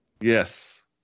yes